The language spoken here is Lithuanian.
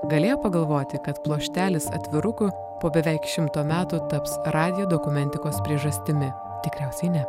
galėjo pagalvoti kad pluoštelis atvirukų po beveik šimto metų taps radijo dokumentikos priežastimi tikriausiai ne